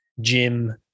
gym